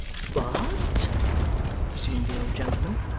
but resumed the old gentleman,